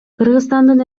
кыргызстандын